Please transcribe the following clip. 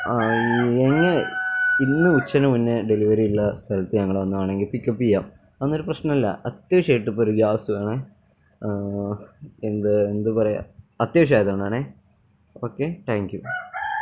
ആ എങ്ങ് ഇന്ന് ഉച്ചന് മുന്നെ ഡെലിവറി ഉള്ള സ്ഥലത്ത് ഞങ്ങൾ വന്ന് വേണമെങ്കിൽ പിക്കപ്പ് ചെയ്യാം അതൊന്നും ഒരു പ്രശ്നം അല്ല അത്യാവശ്യമായിട്ടിപ്പം ഒരു ഗ്യാസ് വേണേൽ എന്ത് എന്ത് പറയുക അത്യാവശ്യം ആയതുകൊണ്ടാണേ ഓക്കെ ടാങ്ക് യൂ